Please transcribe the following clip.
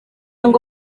ngo